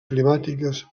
climàtiques